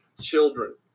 Children